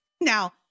Now